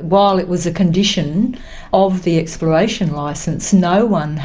while it was a condition of the exploration licence, no one